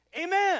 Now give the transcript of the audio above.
Amen